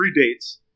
predates